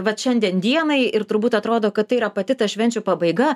vat šiandien dienai ir turbūt atrodo kad tai yra pati ta švenčių pabaiga